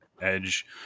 edge